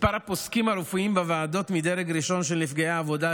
מספר הפוסקים הרפואיים בוועדות מדרג ראשון של נפגעי עבודה,